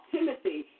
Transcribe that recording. Timothy